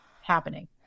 happening